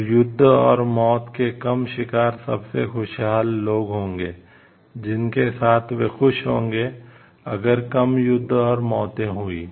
फिर युद्ध और मौत के कम शिकार सबसे खुशहाल लोग होंगे जिनके साथ वे खुश होंगे अगर कम युद्ध और मौतें हुईं